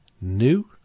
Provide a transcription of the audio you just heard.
new